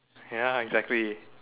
ya exactly